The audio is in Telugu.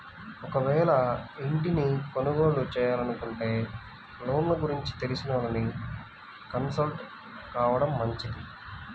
ఒకవేళ ఇంటిని కొనుగోలు చేయాలనుకుంటే లోన్ల గురించి తెలిసినోళ్ళని కన్సల్ట్ కావడం మంచిది